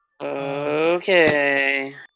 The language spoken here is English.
Okay